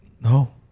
No